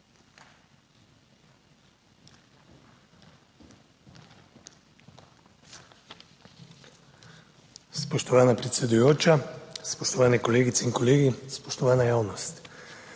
Spoštovana predsedujoča, spoštovane kolegice in kolegi, spoštovana javnost.